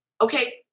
okay